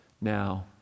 now